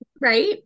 right